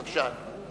בבקשה.